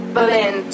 Berlin